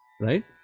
right